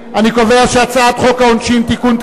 הצעת חוק העונשין (תיקון,